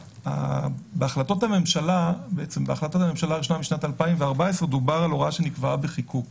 בהחלטת הממשלה משנת 2014 דובר על הוראה שנקבעה בחיקוק